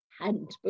handbook